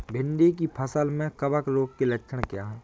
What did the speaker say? भिंडी की फसल में कवक रोग के लक्षण क्या है?